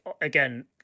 again